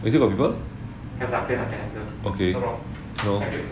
is it got people okay so